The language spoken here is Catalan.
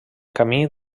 camí